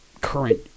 current